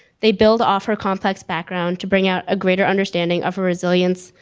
they build off her complex background to bring out a greater understanding of her resilience,